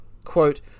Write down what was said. Quote